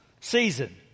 season